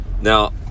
now